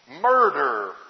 murder